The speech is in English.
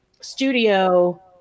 studio